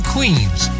Queens